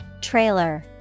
Trailer